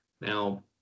Now